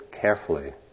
carefully